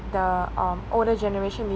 the um older generation